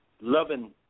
Loving